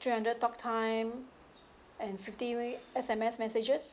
three hundred talk time and fifty we S_M_S messages